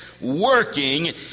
Working